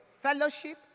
fellowship